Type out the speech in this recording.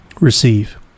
Receive